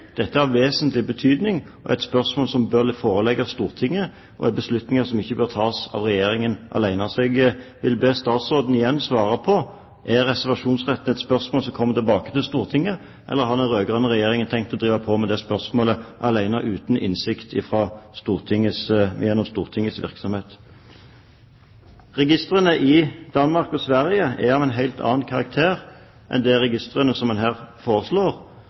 Dette er av vesentlig betydning og er et spørsmål som bør forelegges Stortinget. Det er beslutninger som ikke bør tas av Regjeringen alene. Jeg vil igjen be statsråden svare på om reservasjonsretten er et spørsmål som kommer tilbake til Stortinget, eller har den rød-grønne regjeringen tenkt å drive på med det spørsmålet alene, uten innsikten gjennom Stortingets virksomhet? Registrene i Danmark og Sverige er av en helt annen karakter enn de registrene som man her foreslår.